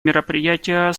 мероприятия